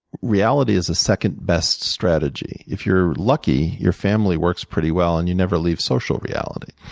reality is a second best strategy. if you're lucky, your family works pretty well and you never leave social reality.